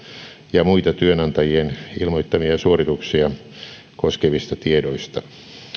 ja muita työnantajien ilmoittamia suorituksia koskevista tiedoista